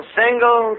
single